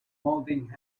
holding